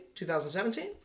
2017